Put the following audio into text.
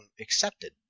accepted